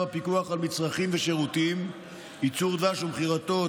הפיקוח על מצרכים ושירותים (ייצור דבש ומכירתו),